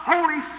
Holy